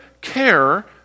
Care